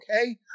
okay